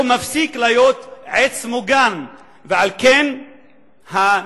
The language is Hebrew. הוא מפסיק להיות עץ מוגן, ועל כן הממשלה,